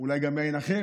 אולי גם יין אחר,